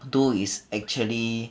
do is actually